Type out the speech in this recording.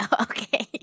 Okay